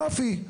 יופי.